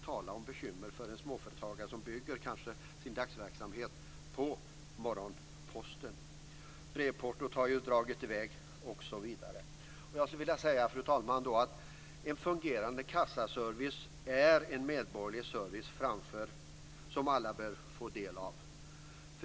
Tala om bekymmer för småföretagare som kanske bygger sin verksamhet på morgonposten! Brevportot har också höjts. Fru talman! En fungerande kassaservice är en medborgerlig service som alla bör få del av.